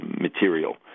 material